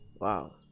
wow